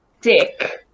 Dick